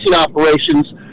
operations